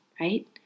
right